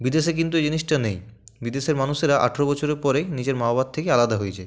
বিদেশে কিন্তু এই জিনিসটা নেই বিদেশের মানুষেরা আঠারো বছরের পরেই নিজের মা বাবার থেকে আলাদা হয়ে যায়